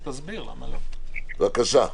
בבקשה.